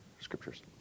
scriptures